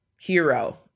hero